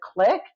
click